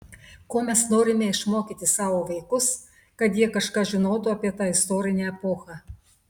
ko mes norime išmokyti savo vaikus kad jie kažką žinotų apie tą istorinę epochą